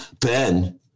Ben